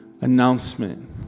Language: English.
announcement